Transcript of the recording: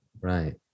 Right